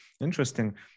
interesting